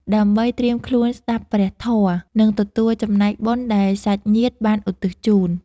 ដើម្បីត្រៀមខ្លួនស្ដាប់ព្រះធម៌ និងទទួលចំណែកបុណ្យដែលសាច់ញាតិបានឧទ្ទិសជូន។